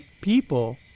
People